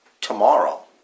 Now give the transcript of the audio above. Tomorrow